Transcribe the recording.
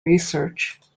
research